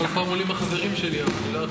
כל פעם עולים החברים שלי, אז אני לא יכול צאת.